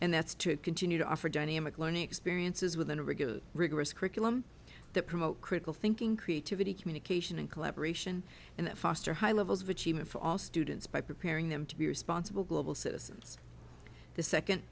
and that's to continue to offer dynamic learning experiences within a regular rigorous curriculum that promote critical thinking creativity communication and collaboration and foster high levels of achievement for all students by preparing them to be responsible global citizens the second